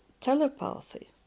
telepathy